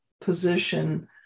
position